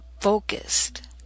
focused